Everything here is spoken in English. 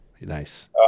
nice